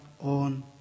on